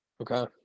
okay